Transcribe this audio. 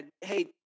Hey